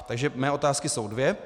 Takže mé otázky jsou dvě.